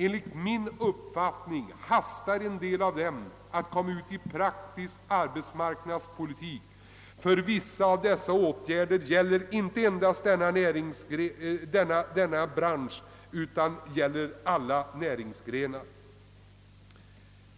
Enligt min mening är det brådskande för en del av dem att komma ut i praktisk arbetsmarknadspolitik, ty vissa av dessa åtgärder gäller inte endast denna bransch utan alla näringsgrenar,